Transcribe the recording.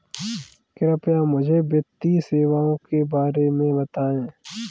कृपया मुझे वित्तीय सेवाओं के बारे में बताएँ?